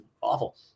awful